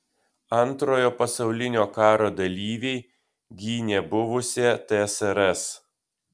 antrojo pasaulinio karo dalyviai gynė buvusią tsrs